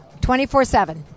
24-7